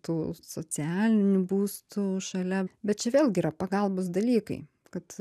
tų socialinių būstų šalia bet čia vėlgi yra pagalbos dalykai kad